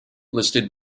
listed